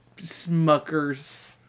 smuckers